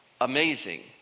amazing